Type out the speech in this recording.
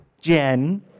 Jen